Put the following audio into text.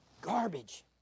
Garbage